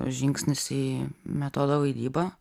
žingsnis į metodo vaidybą